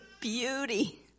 beauty